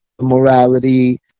morality